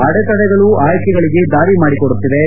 ಅಡೆತಡೆಗಳು ಆಯ್ಕೆಗಳಗೆ ದಾರಿ ಮಾಡಿಕೊಡುತ್ತಿವೆ